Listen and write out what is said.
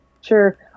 sure